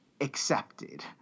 accepted